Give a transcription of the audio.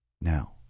Now